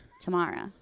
Tomorrow